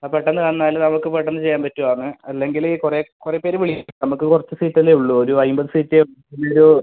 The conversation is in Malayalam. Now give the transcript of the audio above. ആ പെട്ടെന്ന് വന്നാൽ നമുക്ക് പെട്ടെന്ന് ചെയ്യാൻ പറ്റുവാന്ന് അല്ലെങ്കി കൊറേ ൽ കുറേ പേര് വിളിക്കും നമുക്ക് കുറച്ച് സീറ്റ് അല്ലേ ഉള്ളൂ ഒരു അമ്പത് സീറ്റ്